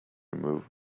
remove